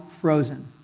frozen